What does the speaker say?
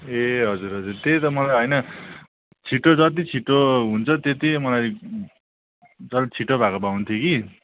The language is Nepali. ए हजुर हजुर त्यही त मलाई होइन छिटो जति छिटो हुन्छ त्यति मलाई छिटो भएको भए हुन्थ्यो कि